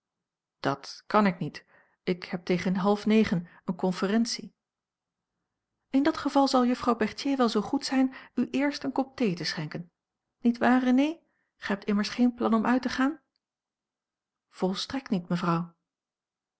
dat kan ik niet ik heb tegen half negen eene conferentie in dat geval zal juffrouw berthier wel zoo goed zijn u eerst een kop thee te schenken niet waar renée gij hebt immers geen plan om uit te gaan a l g bosboom-toussaint langs een omweg volstrekt niet mevrouw